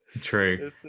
True